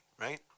right